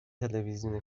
تلوزیون